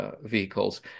vehicles